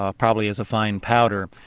ah probably as a fine powder,